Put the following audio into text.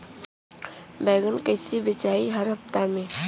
बैगन कईसे बेचाई हर हफ्ता में?